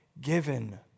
given